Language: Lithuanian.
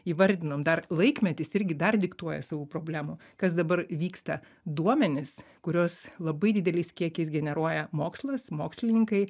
įvardinom dar laikmetis irgi dar diktuoja savų problemų kas dabar vyksta duomenis kuriuos labai dideliais kiekiais generuoja mokslas mokslininkai